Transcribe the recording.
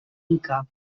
inca